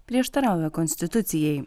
prieštarauja konstitucijai